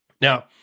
Now